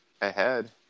ahead